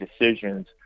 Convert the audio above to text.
decisions